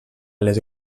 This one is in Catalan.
les